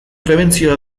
prebentzioa